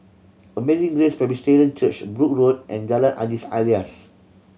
Amazing Grace Presbyterian Church Brooke Road and Jalan Haji Alias